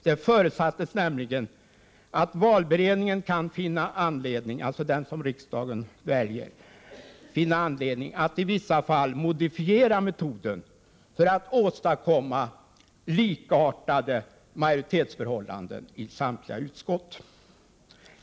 Det förutsattes nämligen att valberedningen — den valberedning som riksdagen väljer — skulle kunna finna anledning att i vissa fall modifiera metoden för att åstadkomma likartade majoritetsförhållanden i samtliga utskott.